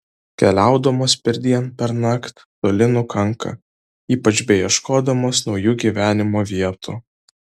keliaudamos perdien pernakt toli nukanka ypač beieškodamos naujų gyvenimo vietų